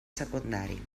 secundari